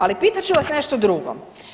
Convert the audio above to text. Ali pitat ću vas nešto drugo.